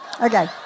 Okay